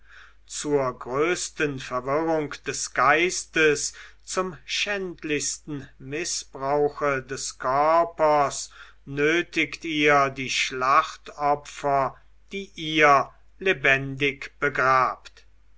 zur größten verwirrung des geistes zum schändlichsten mißbrauche des körpers nötigt ihr die schlachtopfer die ihr lebendig begrabt